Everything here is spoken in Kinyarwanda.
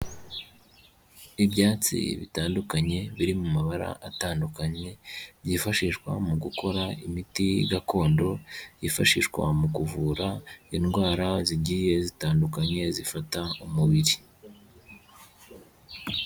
Ibyatsi bitandukanye biri mu mabara atandukanye byifashishwa mu gukora imiti gakondo, yifashishwa mu kuvura indwara zigiye zitandukanye zifata umubiri.